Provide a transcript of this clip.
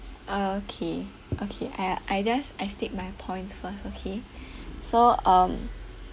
okay okay I I just I state my points first okay so um